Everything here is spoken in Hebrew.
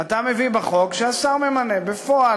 אתה מביא בחוק שהשר ממנה בפועל,